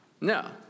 No